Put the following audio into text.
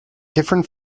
different